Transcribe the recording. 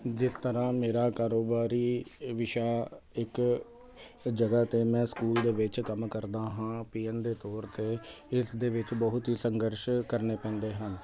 ਜਿਸ ਤਰ੍ਹਾਂ ਮੇਰਾ ਕਾਰੋਬਾਰੀ ਵਿਸ਼ਾ ਇੱਕ ਜਗ੍ਹਾ 'ਤੇ ਮੈਂ ਸਕੂਲ ਦੇ ਵਿੱਚ ਕੰਮ ਕਰਦਾ ਹਾਂ ਪੀਅਨ ਦੇ ਤੌਰ 'ਤੇ ਇਸ ਦੇ ਵਿੱਚ ਬਹੁਤ ਹੀ ਸੰਘਰਸ਼ ਕਰਨੇ ਪੈਂਦੇ ਹਨ